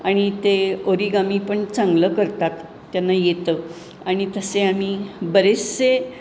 आणि ते ओरिगमी पण चांगलं करतात त्यांना येतं आणि तसे आम्ही बरेचसे